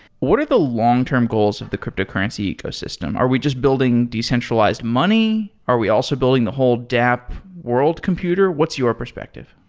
what are the long-term goals of the cryptocurrency ecosystem? are we just building decentralized money? are we also building the whole dap world computer? what's your perspective?